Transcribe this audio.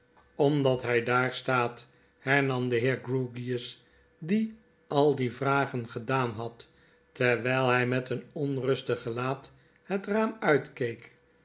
omdat hjj daar staat hernam de heer grewgious die al die vragen gedaan had terwijl hg met een onrustig gelaat net raam uitkeek